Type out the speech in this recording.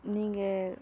நீங்கள்